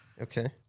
Okay